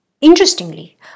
Interestingly